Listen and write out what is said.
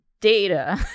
data